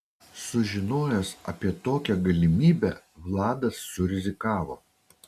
sužinojęs apie tokią galimybę vladas surizikavo